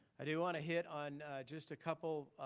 i do wanna hit on just a couple